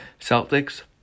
Celtics